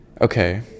okay